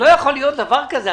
לא יכול להיות דבר כזה.